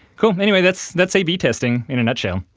cool, anyway that's that's a b testing in a nutshell.